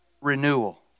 renewal